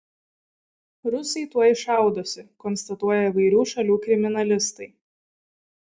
rusai tuoj šaudosi konstatuoja įvairių šalių kriminalistai